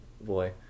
boy